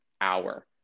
hour